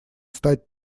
стать